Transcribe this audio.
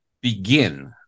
begin